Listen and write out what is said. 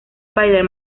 spider